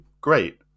great